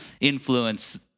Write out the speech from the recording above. influence